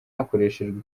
hakoreshejwe